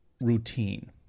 routine